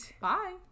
Bye